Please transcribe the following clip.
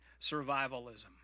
survivalism